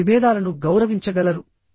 వారు విభేదాలను గౌరవించగలరు